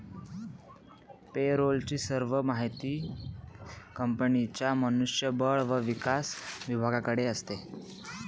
पे role ची सर्व माहिती कंपनीच्या मनुष्य बळ व विकास विभागाकडे असते